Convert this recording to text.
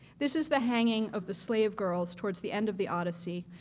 this is the hanging of the slave girls towards the end of the odyssey,